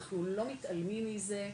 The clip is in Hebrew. אנחנו לא מתעלמים מזה,